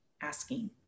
asking